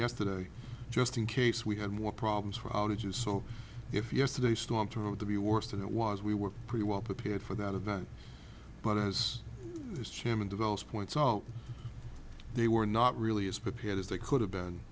yesterday just in case we had more problems for outages so if yesterday's storm to have to be worse than it was we were pretty well prepared for that event but as chairman develops points they were not really as prepared as they could have been